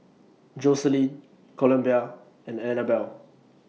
Jocelyne Columbia and Annabelle